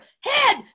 head